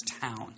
town